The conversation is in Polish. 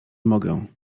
mogę